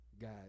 guys